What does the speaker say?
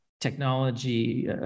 technology